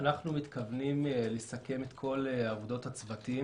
אנחנו מתכוונים לסכם את כל עבודות הצוותים